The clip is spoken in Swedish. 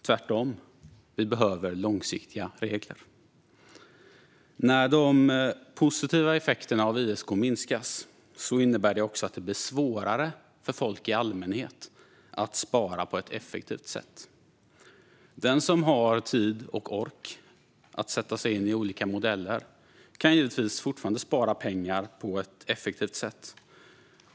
Tvärtom behöver vi långsiktiga regler. När de positiva effekterna med ISK minskas innebär det också att det blir svårare för folk i allmänhet att spara på ett effektivt sätt. Den som har tid och ork att sätta sig in i olika modeller kan givetvis fortfarande spara pengar på ett effektivt sätt.